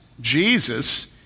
Jesus